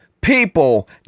people